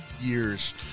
years